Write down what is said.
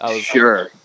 Sure